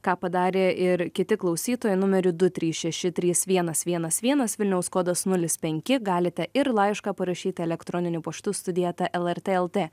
ką padarė ir kiti klausytojai numeriu du trys šeši trys vienas vienas vienas vilniaus kodas nulis penki galite ir laišką parašyti elektroniniu paštu studija eta lrt lt